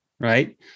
Right